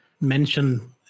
mention